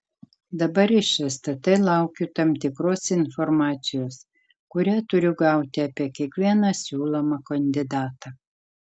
dabar iš stt laukiu tam tikros informacijos kurią turiu gauti apie kiekvieną siūlomą kandidatą